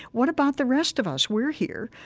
what about the rest of us? we're here.